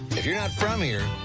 if you're not from here,